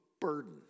burden